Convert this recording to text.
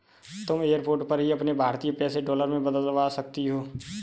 तुम एयरपोर्ट पर ही अपने भारतीय पैसे डॉलर में बदलवा सकती हो